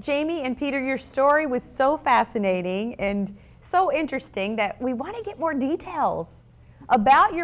jamie and peter your story was so fascinating and so interesting that we want to get more details about your